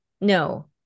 no